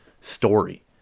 story